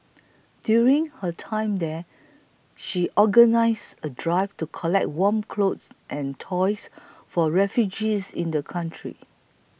during her time there she organised a drive to collect warm clothing and toys for refugees in the country